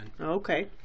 Okay